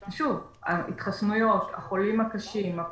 ושוב, התחסנויות, החולים הקשים, הפטירות,